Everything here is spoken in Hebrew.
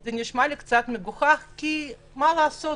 זה נשמע לי קצת מגוחך כי מה לעשות,